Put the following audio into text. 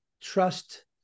trust